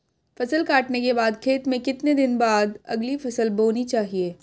फसल काटने के बाद खेत में कितने दिन बाद अगली फसल बोनी चाहिये?